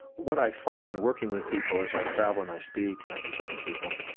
what i find, working with people as i travel and i speak and i consult with people,